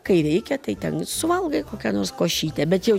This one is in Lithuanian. kai reikia tai ten suvalgai kokią nors košytę bet jau